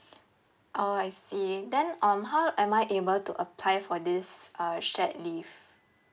oh I see then um how am I able to apply for this uh shared leave